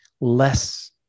less